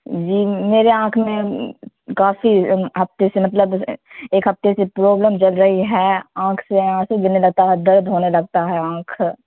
جی میرے آنکھ میں کافی ہفتے سے مطلب ایک ہفتے سے پرابلم چل رہی ہے آنکھ سے آنسو گرنے لگتا ہے درد ہونے لگتا ہے آنکھ